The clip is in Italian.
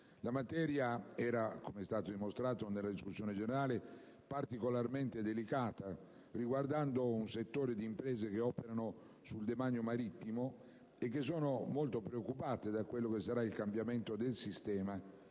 La materia - com'è stato dimostrato nella discussione - era particolarmente delicata riguardando un settore di imprese che operano sul demanio marittimo, che sono molto preoccupate dal cambiamento del sistema,